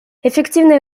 эффективное